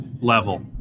level